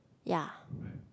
ya